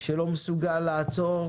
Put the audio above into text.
שלא מסוגל לעצור